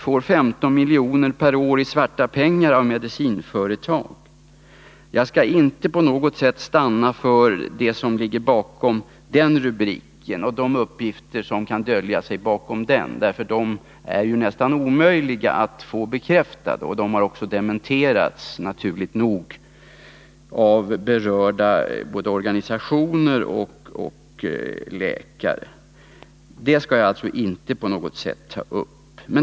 Får 15 milj. per år i svarta pengar av medicinföretag.” Jag skall inte på något sätt stanna för det som ligger bakom den rubriken. De uppgifter som kan dölja sig bakom den är ju nästan omöjliga att få bekräftade och har naturligt nog också dementerats av berörda organisationer och läkare.